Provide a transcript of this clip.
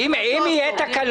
הכול